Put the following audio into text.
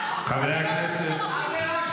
לפי החוק,